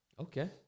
Okay